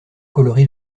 colorie